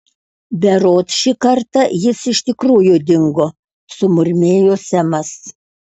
berods šį kartą jis iš tikrųjų dingo sumurmėjo semas